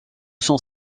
son